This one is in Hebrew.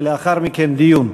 ולאחר מכן דיון.